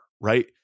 right